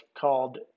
called